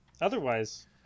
otherwise